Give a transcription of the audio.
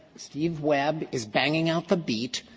steve webb is banging out the beat.